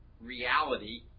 reality